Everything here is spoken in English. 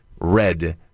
red